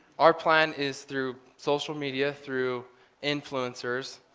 our plan is through social media, through influencers,